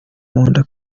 munda